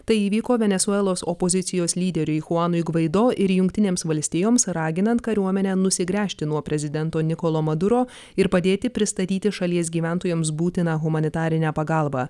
tai įvyko venesuelos opozicijos lyderiui chuanui gvaido ir jungtinėms valstijoms raginant kariuomenę nusigręžti nuo prezidento nikolo maduro ir padėti pristatyti šalies gyventojams būtiną humanitarinę pagalbą